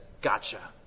gotcha